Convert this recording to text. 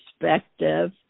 perspective